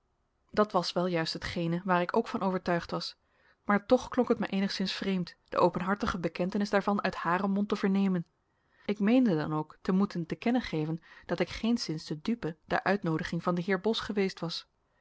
dat was wel juist hetgene waar ik ook van overtuigd was maar toch klonk het mij eenigszins vreemd de openhartige bekentenis daarvan uit haren mond te vernemen ik meende dan ook te moeten te kennen geven dat ik geenszins de dupe der uitnoodiging van den heer bos geweest was